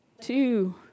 two